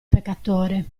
peccatore